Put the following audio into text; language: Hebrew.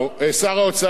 שטייניץ,